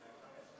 אסף חזן,